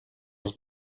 els